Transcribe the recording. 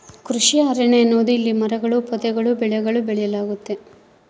ಕೃಷಿ ಅರಣ್ಯ ಎನ್ನುವುದು ಇಲ್ಲಿ ಮರಗಳೂ ಪೊದೆಗಳೂ ಬೆಳೆಗಳೂ ಬೆಳೆಯಲಾಗ್ತತೆ